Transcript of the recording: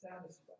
satisfied